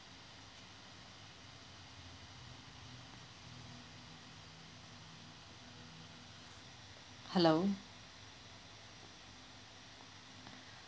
hello